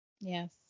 Yes